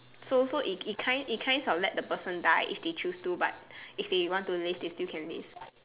so so it kind it kinds of let the person die if they choose to but if they want to live they still can live